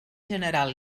general